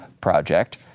project